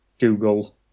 Google